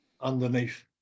underneath